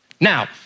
Now